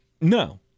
No